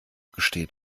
gesteht